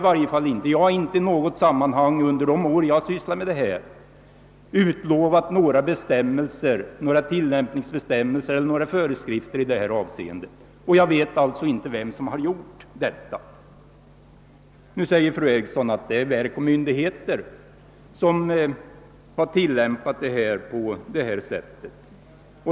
Jag har inte i något sammanhang under de år jag har sysslat med dessa ting utlovat några tillämpningsbestämmelser eller föreskrifter i detta avseende, och jag vet inte vem som har gjort det. Fru Eriksson säger att det är verk och myndigheter som har stått för denna tillämpning.